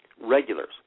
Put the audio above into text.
regulars